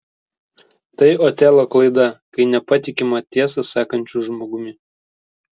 tai otelo klaida kai nepatikima tiesą sakančiu žmogumi